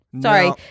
Sorry